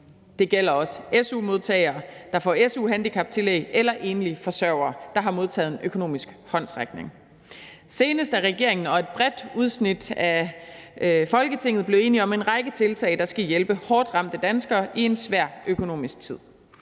Det gælder også su-modtagere, der får su-handicaptillæg, eller enlige forsørgere, der har modtaget en økonomisk håndsrækning. Senest er regeringen og et bredt udsnit af Folketinget blevet enige om en række tiltag, der skal hjælpe hårdt ramte danskere i en svær økonomisk tid.